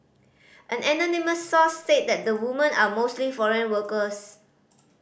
an anonymous source said that the women are mostly foreign workers